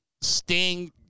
Sting